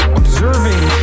observing